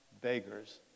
beggars